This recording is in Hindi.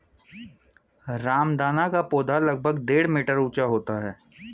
रामदाना का पौधा लगभग डेढ़ मीटर ऊंचा होता है